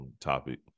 topic